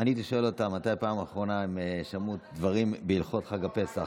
אני הייתי שואל אותם מתי בפעם האחרונה הם שמעו דברים בהלכות חג הפסח.